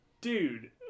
dude